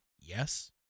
yes